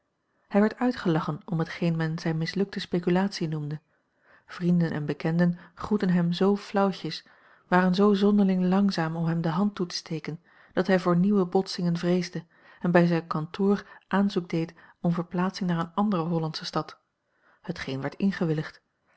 hij werd uitgelachen om hetgeen men zijne mislukte speculatie noemde vrienden en bekenden groetten hem z flauwtjes waren zoo zonderling langzaam om hem de hand toe te steken dat hij voor nieuwe botsingen vreesde en bij zijn kantoor aanzoek deed om verplaatsing naar eene andere hollandsche stad hetgeen werd